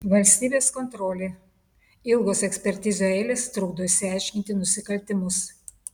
valstybės kontrolė ilgos ekspertizių eilės trukdo išaiškinti nusikaltimus